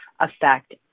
effect